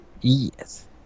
yes